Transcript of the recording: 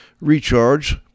recharge